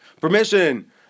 permission